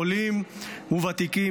עולים וותיקים.